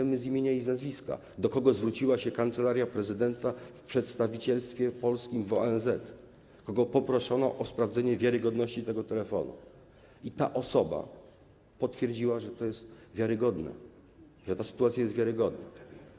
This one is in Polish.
Znamy z imienia i z nazwiska osobę, do której zwróciła się Kancelaria Prezydenta w przedstawicielstwie polskim w ONZ, którą poproszono o sprawdzenie wiarygodności tego telefonu i która potwierdziła, że to jest wiarygodne, że ta sytuacja jest wiarygodna.